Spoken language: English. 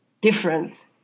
different